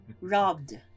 robbed